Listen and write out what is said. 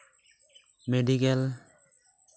medical